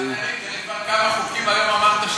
אם זאת בכלל השוואה לבית-קזינו.